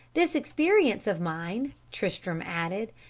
this experience of mine, tristram added,